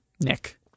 Nick